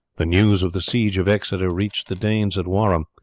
the news of the siege of exeter reached the danes at wareham,